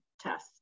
test